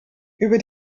über